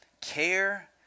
care